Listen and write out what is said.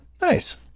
nice